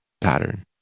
pattern